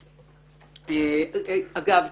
אגב,